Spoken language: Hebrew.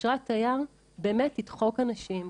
אשרת תייר באמת תדחק אנשים,